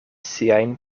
siajn